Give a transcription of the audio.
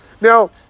Now